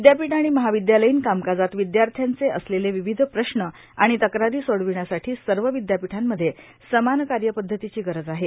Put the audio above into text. विद्यापीठ आणि महाविद्यालयीन कामकाजात विद्यार्थ्याचे असलेले विविध प्रश्न आणि तक्रारी सोडविण्यासाठी सर्व विद्यापीठांमध्ये समान कार्यपध्दतीची गरज आहे